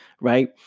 right